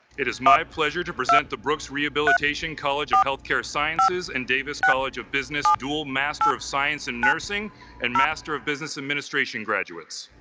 it is my pleasure to present the brooks rehabilitation college of healthcare sciences and davis college of business dual master of science and nursing and master of business administration administration graduates